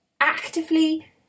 actively